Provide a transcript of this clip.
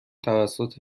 توسط